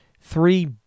three